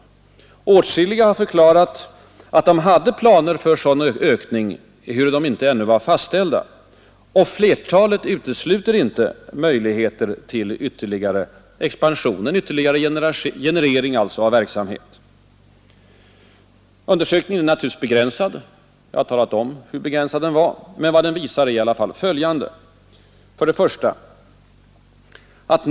Åtskilliga har förklarat att de hade planer för sådan ökning, ehuru dessa ännu inte var fastställda, och flertalet utesluter inte möjligheter till ytterligare expansion — en ytterligare generering, alltså, av verksamheten. Undersökningen var naturligtvis begränsad — jag har talat om hur begränsad den var — men vad den visar är i alla fall följande: 1.